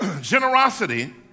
Generosity